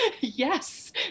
Yes